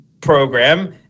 program